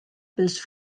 pels